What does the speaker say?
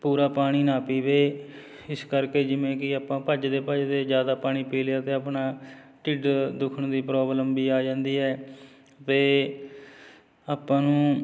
ਪੂਰਾ ਪਾਣੀ ਨਾ ਪੀਵੇ ਇਸ ਕਰਕੇ ਜਿਵੇਂ ਕਿ ਆਪਾਂ ਭੱਜਦੇ ਭੱਜਦੇ ਜ਼ਿਆਦਾ ਪਾਣੀ ਪੀ ਲਿਆ ਅਤੇ ਆਪਣਾ ਢਿੱਡ ਦੁਖਣ ਦੀ ਪ੍ਰੋਬਲਮ ਵੀ ਆ ਜਾਂਦੀ ਹੈ ਅਤੇ ਆਪਾਂ ਨੂੰ